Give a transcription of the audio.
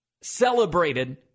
celebrated